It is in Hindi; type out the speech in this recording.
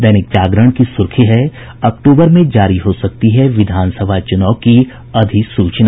दैनिक जागरण की सुर्खी है अक्टूबर में जारी हो सकती है विधानसभा चुनाव की अधिसूचना